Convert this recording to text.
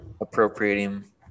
appropriating